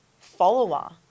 follower